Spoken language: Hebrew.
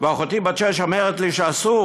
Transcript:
ואחותי בת השש אומרת לי שאסור